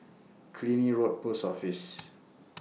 Killiney Road Post Office